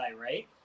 right